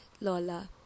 lola